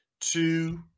two